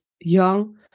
young